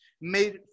made